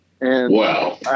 Wow